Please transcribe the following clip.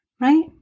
right